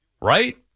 Right